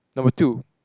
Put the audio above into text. number two